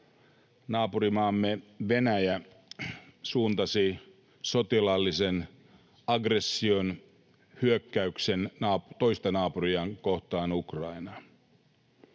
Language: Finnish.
naapurimaamme Venäjä suuntasi sotilaallisen aggression, hyökkäyksen, toista naapuriaan, Ukrainaa,